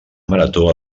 marató